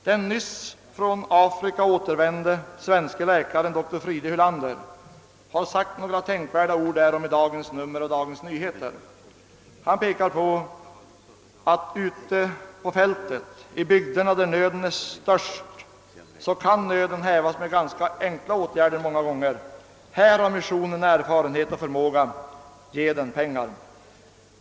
Den nyss från Afrika återvände svenske läkaren doktor Fride Hylander har sagt några tänkvärda ord därom i dagens nummer av Dagens Nyheter. Han pekar på att nöden ute i bygderna är stor men många gånger kan lindras genom ganska enkla åtgärder. Här har missionen erfarenhet och förmåga. Ge dem pengar!